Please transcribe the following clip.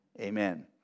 amen